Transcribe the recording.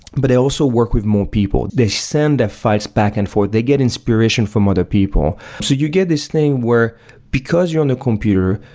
but they also work with more people, they send their files back and forth, they get inspiration from other people so you get this thing where because you're on the computer,